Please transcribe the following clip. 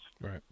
Right